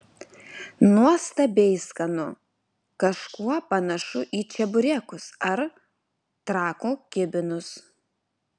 nuostabiai skanu kažkuo panašu į čeburekus ar trakų kibinus